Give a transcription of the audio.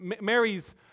Mary's